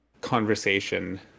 conversation